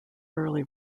early